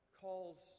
calls